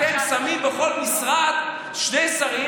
אתם שמים בכל משרד שני שרים,